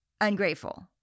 ungrateful